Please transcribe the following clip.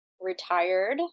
Retired